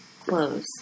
Clothes